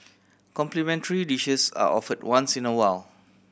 complimentary dishes are offered once in a while